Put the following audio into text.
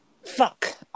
Fuck